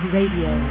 Radio